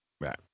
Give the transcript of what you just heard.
right